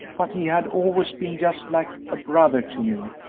but he had always been just like a brother to me,